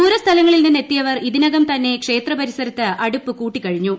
ദൂരസ്ഥലങ്ങളിൽ നിന്ന് എത്തിയവർ ഇതിനകം തന്നെ ക്ഷേത്രപരിസരത്ത് അടുപ്പ് കൂട്ടിക്കഴിഞ്ഞു